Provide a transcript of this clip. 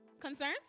Concerns